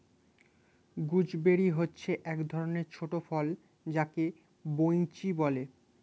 gooseberry হচ্ছে এক ধরণের ছোট ফল যাকে বৈঁচি বলে